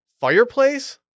Fireplace